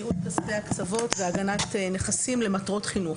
ייעוד כספי הקצוות והגנת נכסים למטרות חינוך.